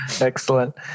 Excellent